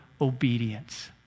obedience